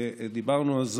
ודיברנו אז,